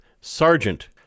Sergeant